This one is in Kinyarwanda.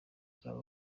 bwaba